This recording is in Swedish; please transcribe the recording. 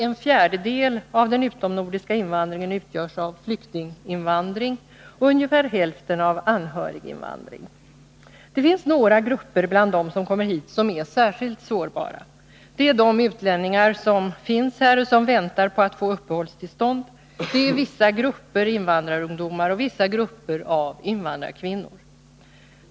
En fjärdedel av den utomnordiska invandringen utgörs av flyktinginvandring och ungefär hälften av anhöriginvandring. Det finns några grupper som är särskilt sårbara. Det är de utlänningar som finns här och som väntar på att få uppehållstillstånd. Det är vissa grupper invandrarungdomar och vissa grupper av invandrarkvinnor.